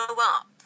up